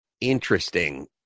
interesting